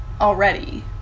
already